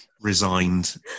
resigned